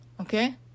okay